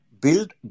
build